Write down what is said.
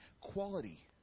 quality